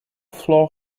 floor